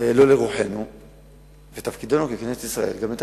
חובתנו היא גם לשנות חקיקה,